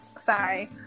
Sorry